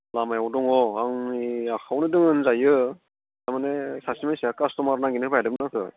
लामायाव दङ आं नै आखाइयावनो दङ होनजायो तारमाने सासे मानसिया कास्ट'मार नागिरनो होबाय थादोंमोन आंखौ